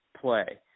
play